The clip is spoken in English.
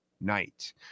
night